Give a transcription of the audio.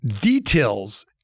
details